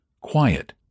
quiet